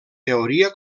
teoria